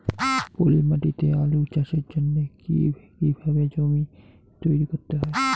পলি মাটি তে আলু চাষের জন্যে কি কিভাবে জমি তৈরি করতে হয়?